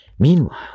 Meanwhile